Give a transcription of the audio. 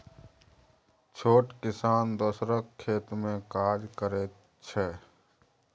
छोट किसान दोसरक खेत मे काज करैत छै